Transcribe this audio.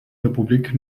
republik